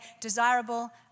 desirable